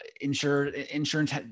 insurance